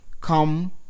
come